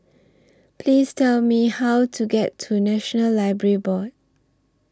Please Tell Me How to get to National Library Board